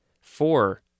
Four